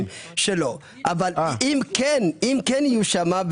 שלא אבל אם כן יהיו שם,